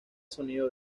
sonido